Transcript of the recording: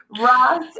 Ross